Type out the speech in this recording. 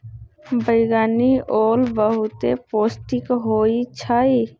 बइगनि ओल बहुते पौष्टिक होइ छइ